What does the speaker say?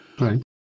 right